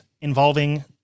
involving